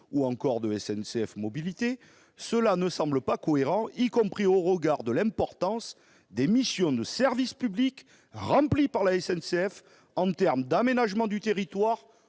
ou de SNCF Mobilités, cela ne semble pas cohérent, y compris au regard de l'importance des missions de service public remplies par la SNCF en termes d'aménagement du territoire